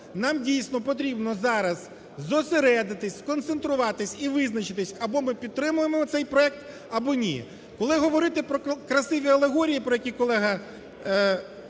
Нам, дійсно, потрібно зараз зосередитись, сконцентруватись і визначитись, або ми підтримуємо цей проект, або ні. Коли говорити про красиві алегорії, які колега